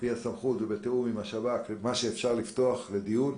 פי הסמכות ובתיאום עם השב"כ את מה שאפשר היה לפתוח לדיון.